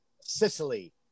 Sicily